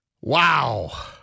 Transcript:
Wow